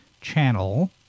Channel